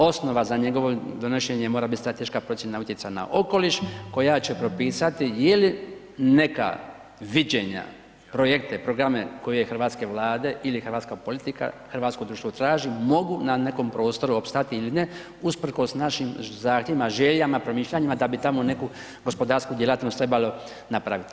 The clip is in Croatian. Osnova za njegovo donošenje mora biti strateška procjena utjecaja na okoliš koja će propisati je li neka viđenja, projekte, programe koje hrvatske vlade ili hrvatska politika, hrvatsko društvo traži mogu na nekom prostoru opstati ili ne usprkos našim zahtjevima, željama, promišljanjima da bi tamo neku gospodarsku djelatnost trebalo napraviti.